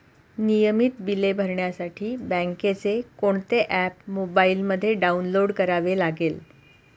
नियमित बिले भरण्यासाठी बँकेचे कोणते ऍप मोबाइलमध्ये डाऊनलोड करावे लागेल?